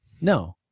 no